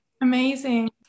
Amazing